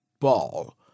ball